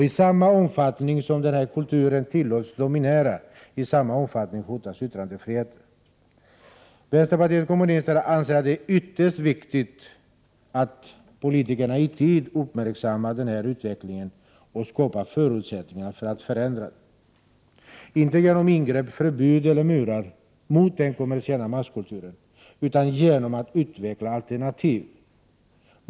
I samma omfattning som denna kultur tillåts dominera, hotas yttrandefriheten. Vänsterpartiet kommunisterna anser att det är ytterst viktigt att politikernai tid uppmärksammar den här utvecklingen och skapar förutsättningar för att förändra den — inte genom ingrepp, förbud eller murar mot den kommersiella masskulturen utan genom att utveckla alternativ.